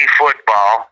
football